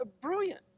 Brilliant